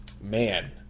man